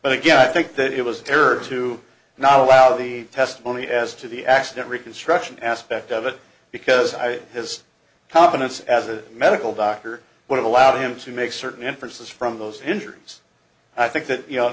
but again i think that it was a terror to not allow the testimony as to the accident reconstruction aspect of it because i his competence as a medical doctor what allowed him to make certain inferences from those injuries i think that you know